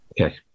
Okay